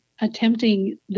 attempting